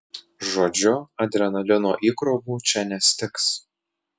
žodžiu adrenalino įkrovų čia nestigs